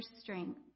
strength